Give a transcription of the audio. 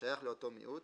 השייך לאותו מיעוט,